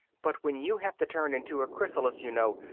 but when you have to turn into a chrysalis, you know,